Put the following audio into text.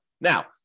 Now